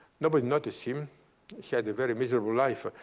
nobody noticed him. he had a very miserable life.